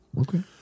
Okay